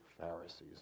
Pharisees